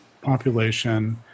population